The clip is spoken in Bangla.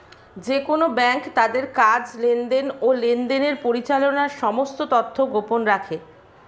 যেকোন ব্যাঙ্ক তাদের কাজ, লেনদেন, ও লেনদেনের পরিচালনার সমস্ত তথ্য গোপন রাখে